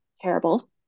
terrible